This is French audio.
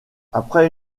après